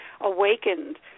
awakened